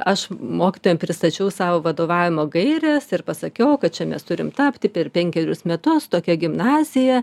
aš mokytojam pristačiau savo vadovavimo gaires ir pasakiau kad čia mes turim tapti per penkerius metus tokia gimnazija